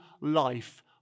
life